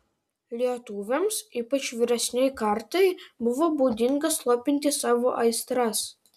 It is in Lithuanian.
lietuviams ypač vyresnei kartai buvo būdinga slopinti savo aistras